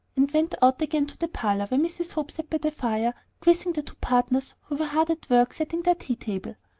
and went out again to the parlor, where mrs. hope sat by the fire, quizzing the two partners, who were hard at work setting their tea-table.